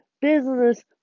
business